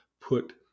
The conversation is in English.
put